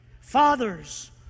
Fathers